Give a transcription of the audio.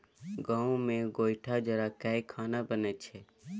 गाम मे गोयठा जरा कय खाना बनइ छै